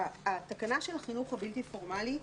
תקנה 28, על החינוך הבלתי פורמלי,